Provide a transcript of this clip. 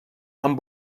amb